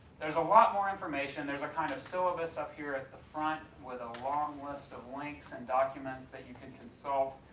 there's a lot more information. there's a kind of syllabus up here at the front with a long list of links and documents that you can consult.